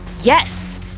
Yes